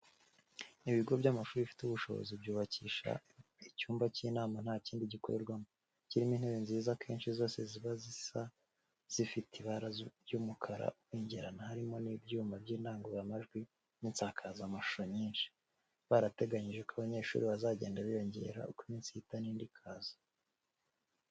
Ibigo by'amashuri bifite ubushobozi byubakisha icyumba cy'inama nta kindi gikorerwamo, kirimo intebe nziza akenshi zose ziba zisa zifite ibara ry'umukara ubengerana, harimo n'ibyuma by'indangururamajwi n'insakazamashusho nyinshi, barateganyije ko abanyeshuri bazagenda biyongera uko iminsi ihita indi ikaza.